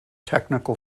technical